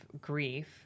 grief